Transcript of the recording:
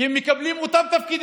אם אתם למשל ממנים